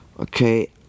Okay